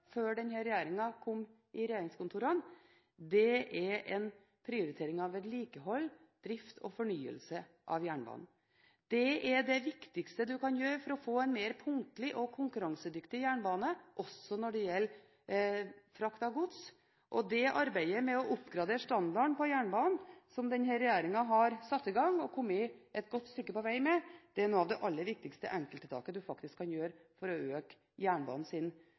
før denne regjeringen kom i regjeringskontorene, er en prioritering av vedlikehold, drift og fornyelse av jernbanen. Det er det viktigste en kan gjøre for å få en mer punktlig og konkurransedyktig jernbane også når det gjelder frakt av gods. Arbeidet med å oppgradere standarden på jernbanen, som denne regjeringen har satt i gang og kommet et godt stykke på vei med, er kanskje det aller viktigste enkelttiltaket en kan gjøre for å øke